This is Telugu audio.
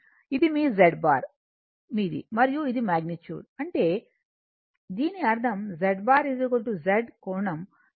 ఇది మీ Z బార్ మీది మరియు ఇది మాగ్నిట్యూడ్ అంటే దీని అర్థం Z బార్ Z కోణం θ అని పిలుస్తారు